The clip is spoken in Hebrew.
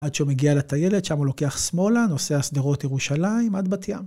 עד שהוא מגיע לטיילת, שם הוא לוקח שמאלה, נושא על שדרות ירושלים עד בת ים.